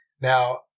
Now